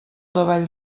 davall